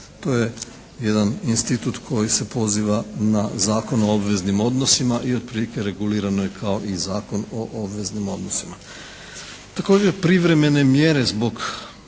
To je jedan institut koji se poziva na Zakon o obveznim odnosima i otprilike regulirano je kao i Zakon o obveznim odnosima. Također privremene mjere zbog